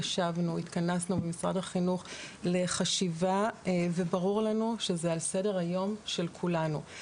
ישבנו התכנסנו במשרד החינוך לחשיבה וברור לנו שזה על סדר היום של כולנו.